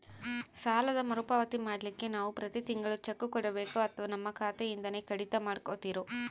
ಸಾಲದ ಮರುಪಾವತಿ ಮಾಡ್ಲಿಕ್ಕೆ ನಾವು ಪ್ರತಿ ತಿಂಗಳು ಚೆಕ್ಕು ಕೊಡಬೇಕೋ ಅಥವಾ ನಮ್ಮ ಖಾತೆಯಿಂದನೆ ಕಡಿತ ಮಾಡ್ಕೊತಿರೋ?